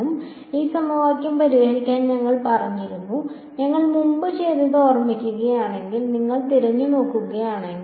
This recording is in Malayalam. അതിനാൽ ഈ സമവാക്യം പരിഹരിക്കാൻ ഞങ്ങൾ പറഞ്ഞിരുന്നു ഞങ്ങൾ മുമ്പ് ചെയ്തത് ഓർക്കുകയാണെങ്കിൽ നിങ്ങൾ തിരിഞ്ഞുനോക്കുകയാണെങ്കിൽ